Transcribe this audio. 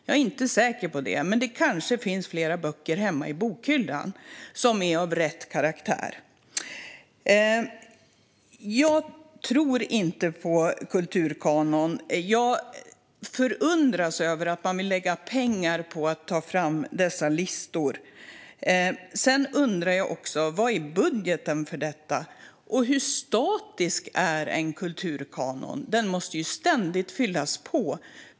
Jag är inte säker på det, men det kanske finns fler böcker hemma i bokhyllan som är av "rätt" karaktär. Jag tror inte på kulturkanon. Jag förundras över att man vill lägga pengar på att ta fram dessa listor. Jag undrar också vad budgeten är för detta. Och hur statisk är en kulturkanon? Den måste ju ständigt fyllas på.